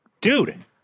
Dude